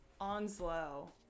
Onslow